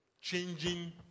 changing